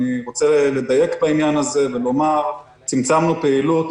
אני רוצה לדייק בעניין הזה ולומר: צמצמנו פעילות,